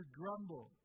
grumble